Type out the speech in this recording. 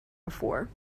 before